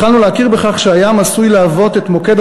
התחלנו להכיר בכך שהים עשוי להוות את מוקד